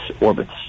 orbits